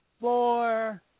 four